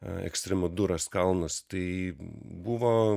ekstremaduros kalnus tai buvo